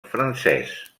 francès